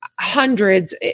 hundreds